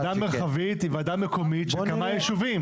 ועדה מרחבית היא ועדה מקומית של כמה ישובים.